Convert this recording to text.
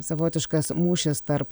savotiškas mūšis tarp